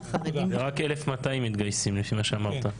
ורק 1,200 מתגייסים לפי מה שאמרת.